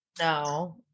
No